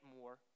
more